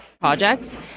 projects